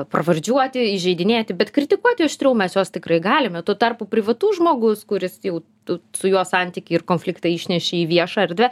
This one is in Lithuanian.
pravardžiuoti įžeidinėti bet kritikuoti aštriau mes juos tikrai galime tuo tarpu privatus žmogus kuris jau tu su juo santykį ir konfliktą išneši į viešą erdvę